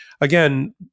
again